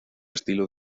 estilo